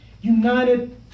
United